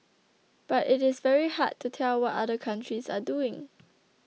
but it is very hard to tell what other countries are doing